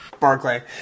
Barclay